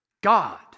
God